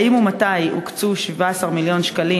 2. האם ומתי הוקצו 17 מיליון שקלים,